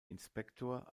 inspektor